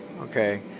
okay